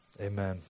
amen